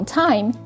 time